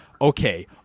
Okay